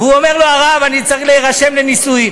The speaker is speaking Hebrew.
והוא אומר לו: הרב, אני צריך להירשם לנישואים,